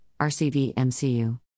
RCVMCU